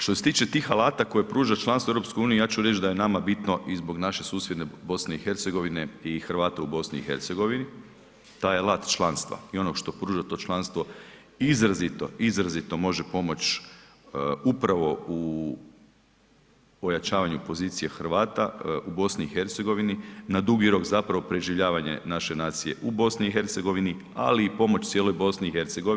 Što se tiče tih alata koje pruža članstvo u EU ja ću reći da je nama bitno i zbog naše susjedne BiH i Hrvata u BiH, taj alat članstva i onog što pruža to članstvo izrazito, izrazito može pomoći upravo u ojačavanju pozicije Hrvata u BiH, na dug rok zapravo preživljavanje naše nacije u BiH, ali i pomoć cijeloj BiH.